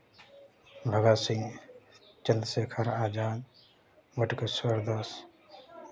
Bhagat Singh Chandrashekhar Azad Batukeshwar Das